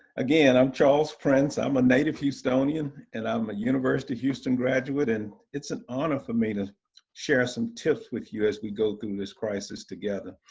again, i'm charles prince, i'm a native houstonian and i'm a university houston graduate. and it's an honor for me to share some tips with you as we go through this crisis together.